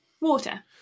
water